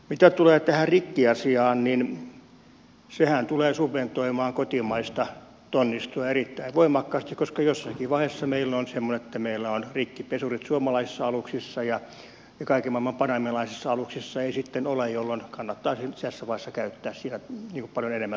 mitä tulee tähän rikkiasiaan sehän tulee subventoimaan kotimaista tonnistoa erittäin voimakkaasti koska jossakin vaiheessa meillä on semmoinen tilanne että meillä on rikkipesurit suomalaisissa aluksissa ja kaiken maailman panamalaisissa aluksissa ei sitten ole jolloin kannattaisi nyt tässä vaiheessa käyttää siinä paljon enemmän